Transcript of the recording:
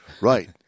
Right